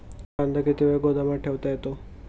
कांदा किती वेळ गोदामात ठेवता येतो?